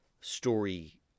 story